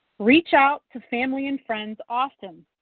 reach out to family and friends often.